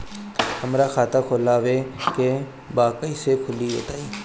हमरा खाता खोलवावे के बा कइसे खुली बताईं?